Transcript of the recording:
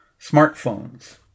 smartphones